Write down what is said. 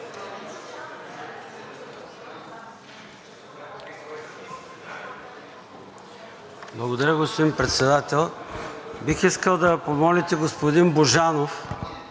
Благодаря, господин Председател. Бих искал да помолите господин Божанов